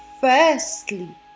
firstly